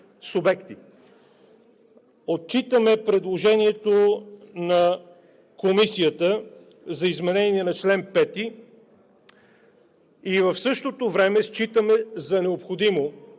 Отчитаме предложението на Комисията за изменение на чл. 5 и в същото време считаме за необходимо